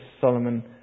Solomon